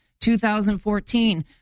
2014